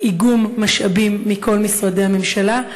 איגום משאבים מכל משרדי הממשלה.